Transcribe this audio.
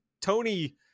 Tony